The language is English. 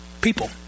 People